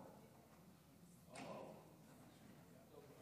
שלוש דקות